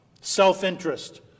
self-interest